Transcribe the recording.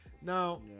Now